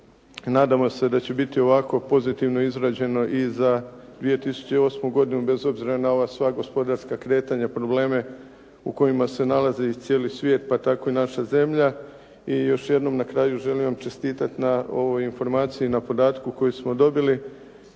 Nadamo se da će biti ovako pozitivno izrađeno i za 2008. godinu bez obzira na ova sva gospodarska kretanja probleme u kojima se nalazi cijeli svijet, pa tako i naša zemlja. I još jednom na kraju želim vam čestitati na ovoj informaciji i podatku koji smo dobili.